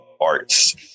arts